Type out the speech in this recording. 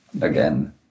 again